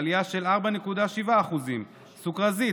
עלייה של 4.7%; סוכרזית,